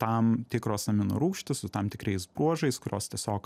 tam tikros aminorūgštys su tam tikrais bruožais kurios tiesiog